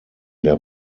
der